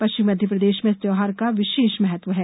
पश्चिमी मध्यप्रदेश में इस त्यौहार का विशेष महत्व है